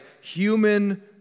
human